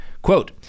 quote